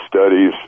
studies